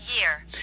Year